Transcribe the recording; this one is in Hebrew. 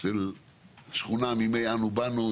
של שכונה מימי "אנו באנו"